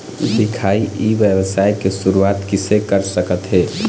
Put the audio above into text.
दिखाही ई व्यवसाय के शुरुआत किसे कर सकत हे?